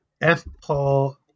F-Paul